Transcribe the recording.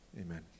Amen